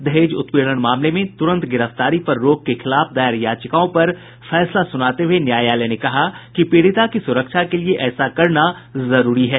दहेज उत्पीड़न मामले में तुरंत गिरफ्तारी पर रोक के खिलाफ दायर याचिकाओं पर फैसला सुनाते हुए न्यायालय ने कहा कि पीड़िता की सुरक्षा के लिए ऐसा करना जरूरी है